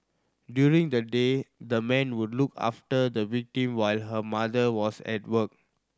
during the day the man would look after the victim while her mother was at work